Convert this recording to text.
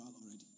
already